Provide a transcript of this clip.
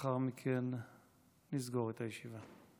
ולאחר מכן נסגור את הישיבה.